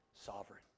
sovereign